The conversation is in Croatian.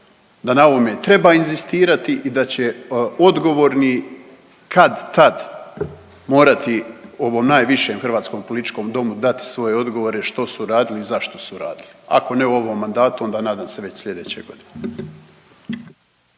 da na ovome treba inzistirati i da će odgovorni kad-tad morati ovom najvišem hrvatskom političkom domu dati svoje odgovore što su radili i zašto su radili, ako ne u ovom mandatu onda nadam se već slijedeće godine.